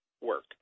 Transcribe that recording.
work